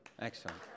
Excellent